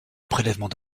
prélèvements